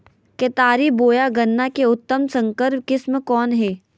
केतारी बोया गन्ना के उन्नत संकर किस्म कौन है?